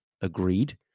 agreed